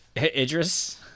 Idris